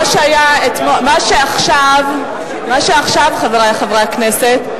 מה שעכשיו, חברי חברי הכנסת,